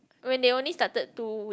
when they only started two weeks